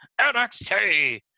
nxt